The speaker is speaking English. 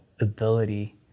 ability